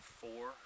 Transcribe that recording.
four